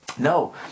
No